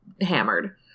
hammered